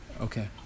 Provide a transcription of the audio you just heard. Okay